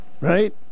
right